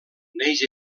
neix